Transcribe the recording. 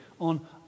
on